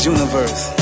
Universe